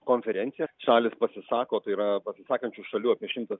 konferencija šalys pasisako tai yra pasisakančių šalių apie šimtas